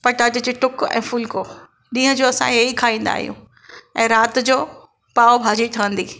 पटाटे जो टूकु ऐं फुलिको ॾींहं जो असां हे ई खाईंदा आहियूं ऐं राति जो पाव भाजी ठहंदी